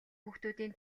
хүүхдүүдийн